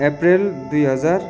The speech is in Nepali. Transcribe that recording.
अप्रेल दुई हजार